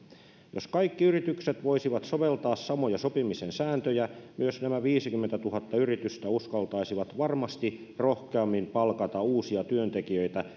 jos kaikki yritykset voisivat soveltaa samoja sopimisen sääntöjä myös nämä viisikymmentätuhatta yritystä uskaltaisivat varmasti rohkeammin palkata uusia työntekijöitä